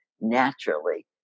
naturally